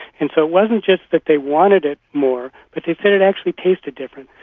and so it wasn't just that they wanted it more, but they said it actually tasted different.